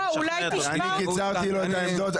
אולי היא תצליח לשכנע אותך.